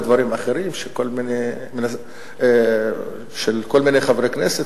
על דברים אחרים של כל מיני חברי כנסת